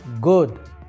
good